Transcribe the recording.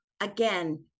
again